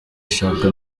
ashaka